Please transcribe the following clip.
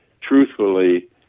truthfully